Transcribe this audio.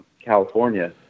California